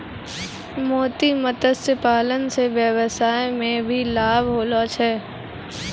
मोती मत्स्य पालन से वेवसाय मे भी लाभ होलो छै